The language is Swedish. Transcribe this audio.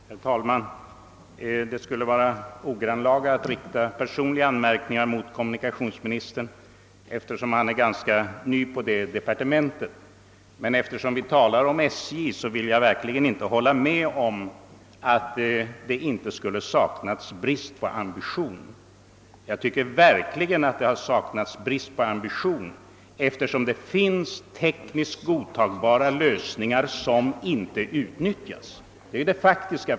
Herr talman! Det skulle vara ogrann laga att rikta personliga anmärkningar mot kommunikationsministern eftersom han är ganska ny inom sitt departement. Eftersom vi talar om SJ vill jag emellertid inte hålla med om att det inte skulle ha saknats ambition. Jag tycker verkligen att det har saknats ambition, eftersom det finns tekniskt godtagbara lösningar som inte utnyttjas.